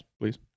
please